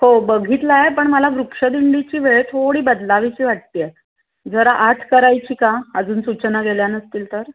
हो बघितला आहे पण मला वृक्षदिंडीची वेळ थोडी बदलावीशी वाटते आहे जरा आठ करायची का अजून सूचना गेल्या नसतील तर